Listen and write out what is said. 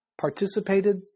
participated